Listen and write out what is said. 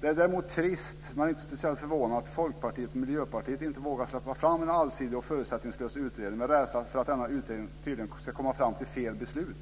Det är däremot trist, men inte speciellt förvånande, att Folkpartiet och Miljöpartiet inte vågar släppa fram en allsidig och förutsättningslös utredning, av rädsla för att denna utredning ska komma fram till "fel beslut".